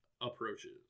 approaches